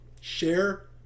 Share